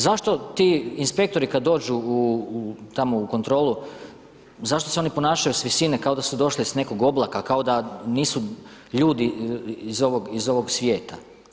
Zašto ti inspektori kad dođu u tamo u kontrolu, zašto se oni ponašaju s visine, kao da su došli s nekog oblaka, kao da nisu ljudi iz ovog svijeta?